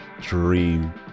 dream